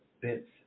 bits